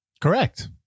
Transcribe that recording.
Correct